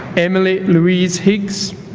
emily louise higgs